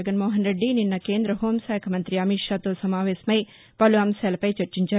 జగన్మోహన్ రెడ్డి నిన్న కేంద్ర హోంశాఖ మంత్రి అమిత్ షాతో సమావేశమై సలు అంశాలపై చర్చించారు